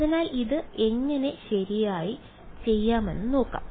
അതിനാൽ ഇത് എങ്ങനെ ശരിയായി ചെയ്യാമെന്ന് നോക്കാം